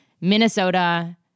Minnesota